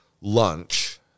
lunch